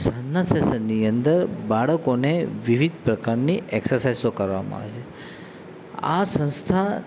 સાંજના સેસનની અંદર બાળકોને વિવિધ પ્રકારની એકસરસાઇસો કરવામાં આવે છે આ સંસ્થા